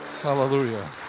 Hallelujah